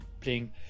Playing